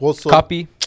copy